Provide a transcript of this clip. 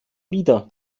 wider